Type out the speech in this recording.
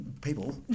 people